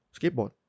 Skateboard